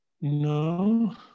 No